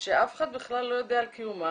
שאף אחד בכלל לא יודע על קיומם,